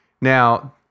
Now